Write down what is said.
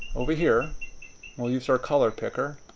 over here we'll use our color picker.